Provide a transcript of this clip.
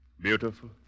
Beautiful